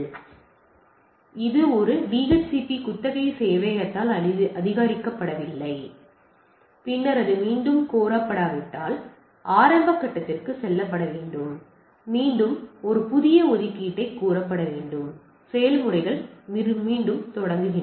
எனவே இது டிஹெச்சிபி குத்தகை சேவையகத்தால் அதிகரிக்கப்படவில்லை பின்னர் அது மீண்டும் கோரப்பட்டால் ஆரம்ப கட்டத்திற்கு செல்கிறது மீண்டும் புதிய ஒதுக்கீட்டைக் கோருங்கள் செயல்முறை தொடர்கிறது